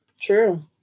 True